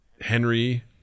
Henry